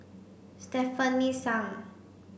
Stefanie Sun